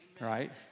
right